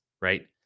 right